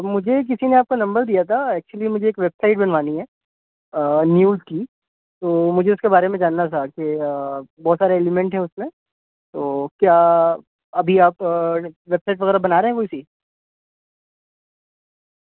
مجھے کسی نے آپ کا نمبر دیا تھا ایکچولی مجھے ایک ویب سائٹ بنوانی ہے نیوز کی تو مجھے اس کے بارے میں جاننا تھا کہ بہت سارے ایلیمنٹ ہیں اس میں تو کیا ابھی آپ ویب سائٹ وغیرہ بنا رہے ہیں کوئی سی